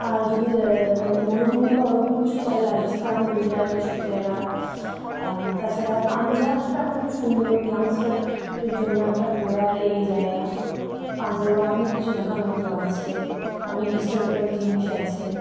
আর যদি মানে মরুভূমি বা ওরকম কিছু তাহলে রাজস্থান গুজরাট এইসব জায়গা তাছাড়া পাঞ্জাবটা খুব সুন্দর ইয়াংস্টারদের জন্য একটা ঘোরার এ জায়গা পাঞ্জাবে অনেক কিছু দেখার মতো আছে অনেক হিস্টোরিক্যাল জিনিস আছে